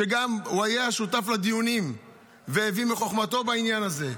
שגם הוא היה שותף לדיונים והביא מחוכמתו בעניין הזה.